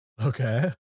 Okay